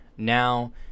Now